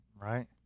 right